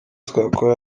twakora